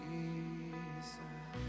Jesus